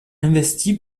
investi